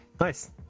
Nice